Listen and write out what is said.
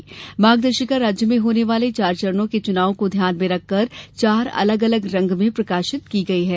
यह मार्गदर्शिका राज्य में होने वाले चार चरणों के चुनाव को ध्यान में रखकर चार अलग अलग रंग में प्रकाशित की गई है